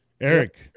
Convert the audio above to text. Eric